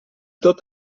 tot